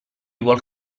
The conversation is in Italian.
vuol